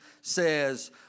says